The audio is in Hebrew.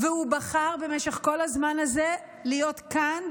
והוא בחר במשך כל הזמן הזה להיות כאן,